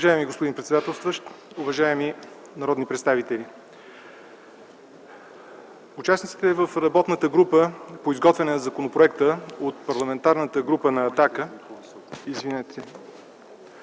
Уважаеми господин председател, уважаеми народни представители! Участниците в работната група по изготвяне на законопроекта от Парламентарната група на „Атака” имахме